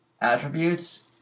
attributes